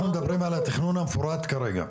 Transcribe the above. אנחנו מדברים על התכנון המפורט כרגע.